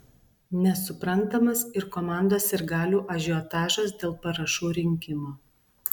nesuprantamas ir komandos sirgalių ažiotažas dėl parašų rinkimo